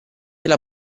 alla